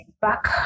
back